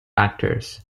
actors